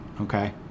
Okay